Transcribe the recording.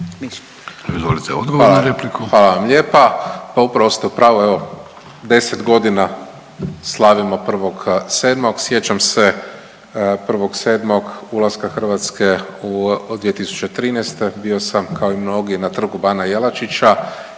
Hvala vam lijepa. Pa upravo ste u pravu. Evo 10 godina slavimo 1.7. Sjećam se 1.7. ulaska Hrvatske 2013. bio sam kao i mnogi na Trgu bana Jelačića.